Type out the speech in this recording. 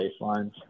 baselines